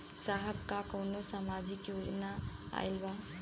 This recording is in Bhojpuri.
साहब का कौनो सामाजिक योजना आईल बा?